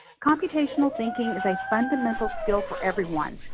computational thinking is a fundamental skill for everyone,